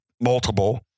multiple